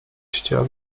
siedziała